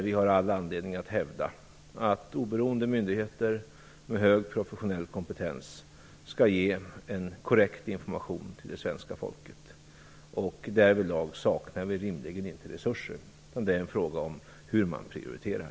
Vi har all anledning att hävda att oberoende myndigheter med hög professionell kompetens skall ge en korrekt information till svenska folket. Därvidlag saknar vi rimligen inte resurser. Det är en fråga om hur man prioriterar.